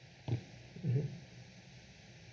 mmhmm